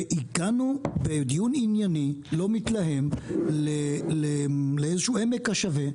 והגענו בדיון ענייני לא מתלהם לאיזשהו עמק השווה,